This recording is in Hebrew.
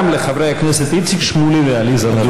לחברי הכנסת איציק שמולי ועליזה לביא.